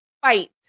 fight